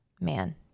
man